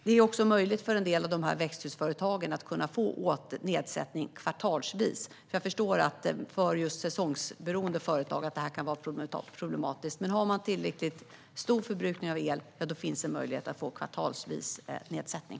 Det är också möjligt för en del av växthusföretagen att få nedsättning kvartalsvis, för jag förstår att detta kan vara problematiskt för just säsongsberoende företag. Men har man tillräckligt hög förbrukning av el finns en möjlighet att få kvartalsvis nedsättning.